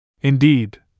Indeed